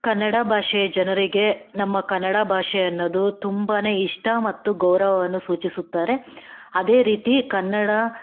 ಕನ್ನಡ ಭಾಷೆಯ ಜನರಿಗೆ ನಮ್ಮ ಕನ್ನಡ ಭಾಷೆ ಅನ್ನೋದು ತುಂಬ ಇಷ್ಟ ಮತ್ತು ಗೌರವವನ್ನು ಸೂಚಿಸುತ್ತಾರೆ ಅದೇ ರೀತಿ ಕನ್ನಡ